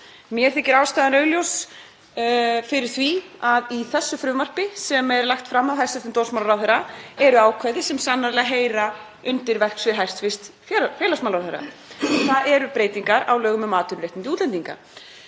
Mér þykir ástæðan augljós fyrir því að í þessu frumvarpi, sem er lagt fram af hæstv. dómsmálaráðherra, eru ákvæði sem sannarlega heyra undir verksvið hæstv. félagsmálaráðherra. Það eru breytingar á lögum um atvinnuréttindi útlendinga.